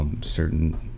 certain